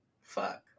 fuck